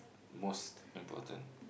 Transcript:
most important